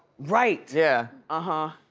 right. yeah. uh-huh.